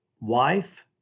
wife